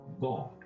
God